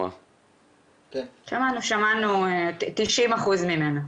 שמענו 90% ממנה.